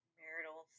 marital